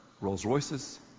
Rolls-Royces